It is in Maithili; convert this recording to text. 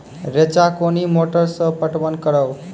रेचा कोनी मोटर सऽ पटवन करव?